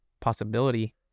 possibility